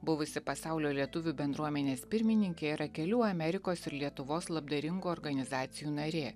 buvusi pasaulio lietuvių bendruomenės pirmininkė yra kelių amerikos ir lietuvos labdaringų organizacijų narė